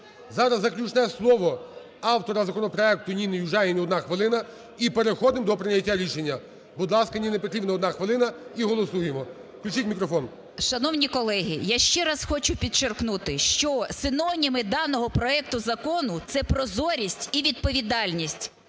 Зараз заключне слово автора законопроекту Ніни Южаніної, одна хвилина, і переходимо до прийняття рішення. Будь ласка, Ніна Петрівна, одна хвилина. І голосуємо. Включіть мікрофон. 17:57:16 ЮЖАНІНА Н.П. Шановні колеги! я ще раз хочу підчеркнути, що синоніми даного проекту закону – це прозорість і відповідальність.